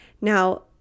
Now